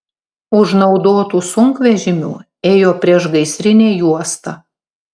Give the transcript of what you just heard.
už naudotų sunkvežimių ėjo priešgaisrinė juosta